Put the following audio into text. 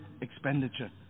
expenditure